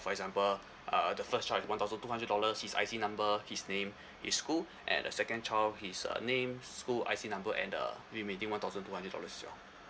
for example uh the first child is one thousand two hundred dollars his I_C number his name his school and the second child his uh name school I_C number and err one thousand two hundred dollars as well